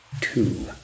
two